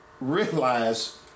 Realize